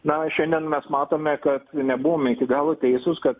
na šiandien mes matome kad nebuvome iki galo teisūs kad